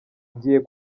ngiye